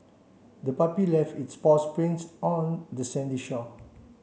the puppy left its paw prints on the sandy shore